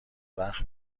وقت